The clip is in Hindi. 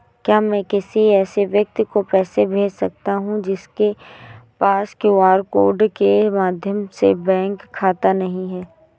क्या मैं किसी ऐसे व्यक्ति को पैसे भेज सकता हूँ जिसके पास क्यू.आर कोड के माध्यम से बैंक खाता नहीं है?